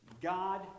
God